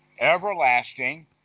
Everlasting